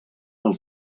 del